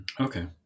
Okay